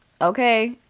okay